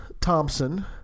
Thompson